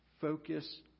Focus